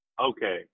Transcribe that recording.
okay